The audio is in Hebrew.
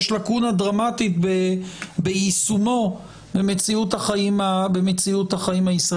יש לקונה דרמטית ביישומו במציאות החיים הישראלית.